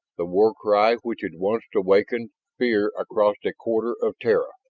the war cry which had once awakened fear across a quarter of terra.